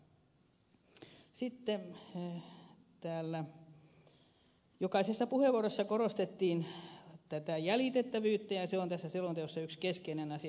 sitten täällä jokaisessa puheenvuorossa korostettiin tätä jäljitettävyyttä ja se on tässä selonteossa yksi keskeinen asia